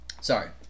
Sorry